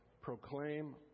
proclaim